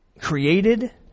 created